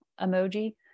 emoji